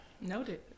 Noted